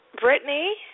Brittany